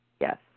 Yes